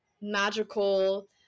magical